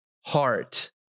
heart